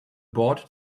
board